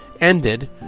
ended